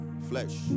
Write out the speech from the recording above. flesh